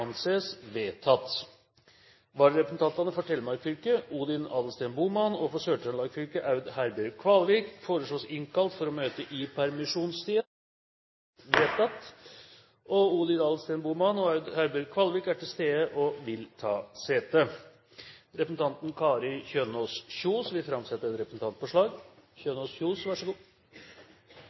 Vararepresentantene, for Telemark fylke Odin Adelsten Bohmann, og for Sør-Trøndelag fylke Aud Herbjørg Kvalvik, innkalles for å møte i permisjonstiden. Odin Adelsten Bohmann og Aud Herbjørg Kvalvik er til stede og vil ta sete. Representanten Kari Kjønaas Kjos vil framsette et representantforslag.